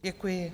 Děkuji.